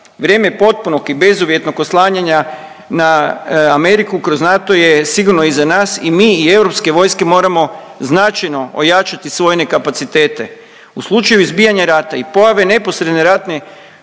Vrijeme potpunog i bezuvjetnog oslanjanja na Ameriku kroz NATO je sigurno iza nas i mi i europske vojske moramo značajno ojačati vojne kapacitete. U slučaju izbijanja rata i pojave neposredne ratne